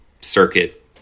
circuit